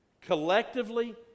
Collectively